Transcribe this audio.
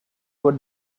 were